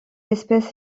espèce